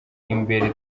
imbere